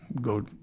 go